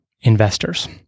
investors